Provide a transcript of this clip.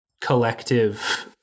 collective